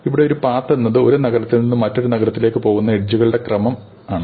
ഇവിടെ ഒരു പാത്ത് എന്നത് ഒരു നഗരത്തിൽ നിന്ന് മറ്റൊരു നഗരത്തിലേക്ക് പോകുന്ന എഡ്ജുളുടെ ക്രമം അതാണ്